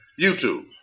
YouTube